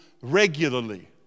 regularly